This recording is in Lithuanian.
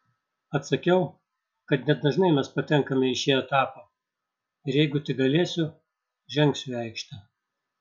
atsakiau kad nedažnai mes patenkame į šį etapą ir jeigu tik galėsiu žengsiu į aikštę